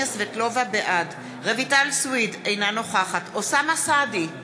בעד רויטל סויד, אינה נוכחת אוסאמה סעדי,